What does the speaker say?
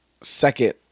second